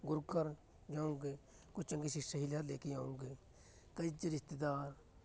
ਗੁਰੂ ਘਰ ਜਾਊਂਗੇ ਕੁਛ ਚੰਗੀ ਸ਼ਿਕਸ਼ਾ ਹੀ ਲ ਲੈ ਕੇ ਆਊਂਗੇ ਕਈ ਚ ਰਿਸ਼ਤੇਦਾਰ